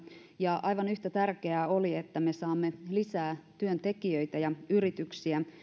ja aivan yhtä tärkeää oli että me saamme lisää työntekijöitä ja yrityksiä